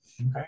Okay